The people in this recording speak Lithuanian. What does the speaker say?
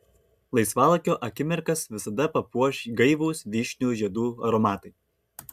laisvalaikio akimirkas visada papuoš gaivūs vyšnių žiedų aromatai